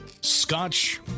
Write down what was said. Scotch